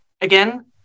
again